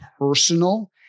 personal